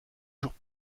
jours